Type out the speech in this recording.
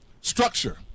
structure